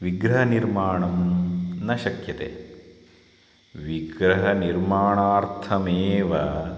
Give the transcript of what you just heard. विग्रहनिर्माणं न शक्यते विग्रहनिर्माणार्थमेव